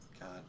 God